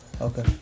Okay